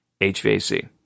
HVAC